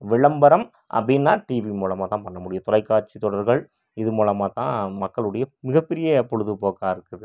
விளம்பரம் அப்படின்னா டிவி மூலமா தான் பண்ண முடியும் தொலைக்காட்சி தொடர்கள் இது மூலமாக தான் மக்களுடைய மிகப்பெரிய பொழுதுபோக்காக இருக்குது